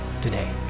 today